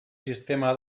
sistema